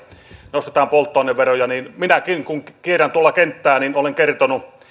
nostetaan polttoaineveroja minäkin kun kierrän tuolla kenttää olen kertonut